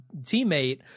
teammate